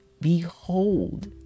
Behold